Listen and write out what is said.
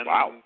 Wow